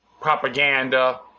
propaganda